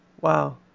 wow